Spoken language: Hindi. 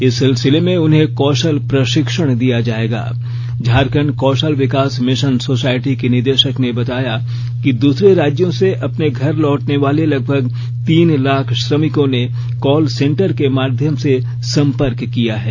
इस सिलसिले में उन्हें कौशल प्रशिक्षण दिया जाएगा झारखंड कौशल विकास मिशन सोसाइटी के निदेशक ने बताया कि दूसरे राज्यों से अपने घर लौटने वाले लगभग तीन लाख श्रमिकों ने कॉल सेंटर के माध्यम से संपर्क किया है